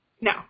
No